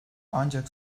ancak